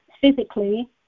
physically